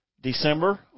December